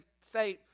say